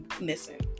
missing